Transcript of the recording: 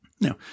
Now